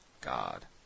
God